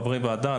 אנחנו חברי ועדה,